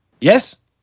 yes